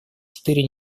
четыре